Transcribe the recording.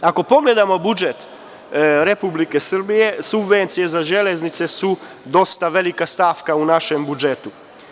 Ako pogledamo budžet Republike Srbije, subvencije za železnice su dosta velika stavka u našem budžetu.